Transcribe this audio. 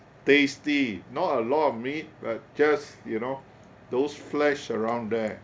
tasty not a lot of meat but just you know those flesh around there